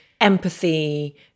empathy